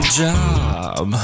job